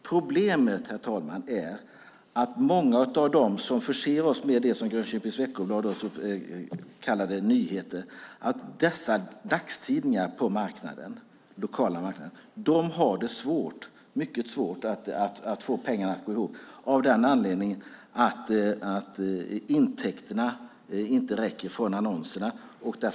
Problemet, herr talman, är att många av dem som förser oss med det som Grönköpings Veckoblad kallade nyheter, dessa dagstidningar på den lokala marknaden, har det mycket svårt att få pengarna att gå ihop. Anledningen är att intäkterna från annonserna inte räcker.